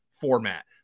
format